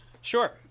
sure